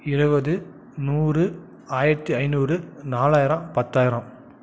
இருபது நூறு ஆயிரத்தி ஐநூறு நாலாயிரம் பத்தாயிரம்